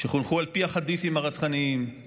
שחונכו על פי החדית'ים הרצחניים,